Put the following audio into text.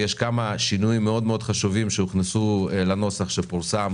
יש כמה שינויים מאוד מאוד חשובים שנכנסו לנוסח שפורסם